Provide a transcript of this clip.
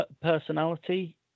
personality